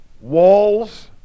walls